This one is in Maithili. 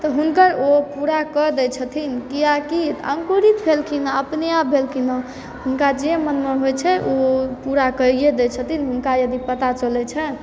तऽ हुनका ओ पूरा कऽ दय छथिन कियाकि अङ्कुरित भेलखिन हँ अपने आप भेलखिन हँ हुनका जे मनमे होइ छै उ पूरा कैइए दय छथिन हुनका यदि पता चलै छनि